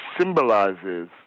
symbolizes